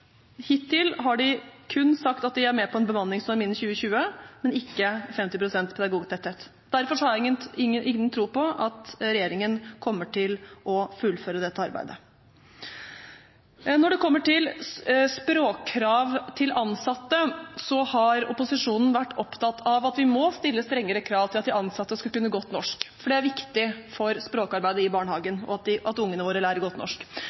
Hittil har de kun sagt at de er med på en bemanningsnorm innen 2020, men ikke 50 pst. pedagogtetthet. Derfor har jeg ingen tro på at regjeringen kommer til å fullføre dette arbeidet. Når det kommer til språkkrav til ansatte, har opposisjonen vært opptatt av at vi må stille strengere krav til at de ansatte skal kunne godt norsk, for det er viktig for språkarbeidet i barnehagen at ungene våre lærer godt norsk.